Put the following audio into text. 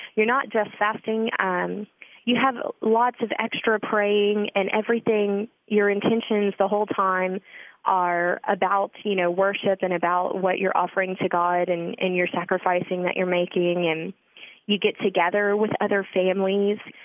you're not just fasting. um you have ah lots of extra praying and everything. your intentions the whole time are about you know worship and about what you're offering to god and and your sacrificing that you're making and you get together with other families.